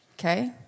okay